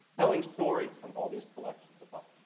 telling stories from all these collections of um